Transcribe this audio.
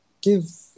give